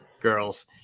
girls